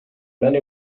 many